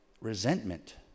resentment